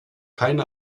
keine